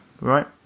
right